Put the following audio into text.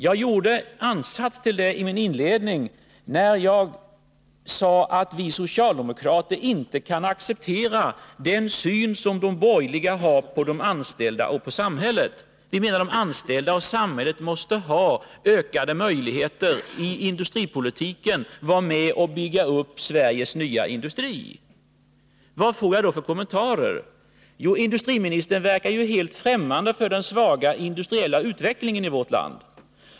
Jag gjorde en ansats till det i min inledning, när jag sade att vi socialdemokrater inte kan acceptera den syn som de borgerliga har på de anställda och på samhället. Vi anser att de anställda och samhället måste ha ökade möjligheter i industripolitiken att vara med och bygga upp Sveriges industriella framtid. Vad får jag då för kommentarer? Jo, industriministern verkar helt främmande för den svaga industriella utvecklingen i vårt land.